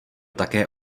také